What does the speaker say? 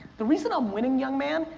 the reason i'm winning young man,